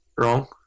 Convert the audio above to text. Wrong